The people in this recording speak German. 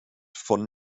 von